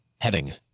Heading